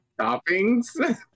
Toppings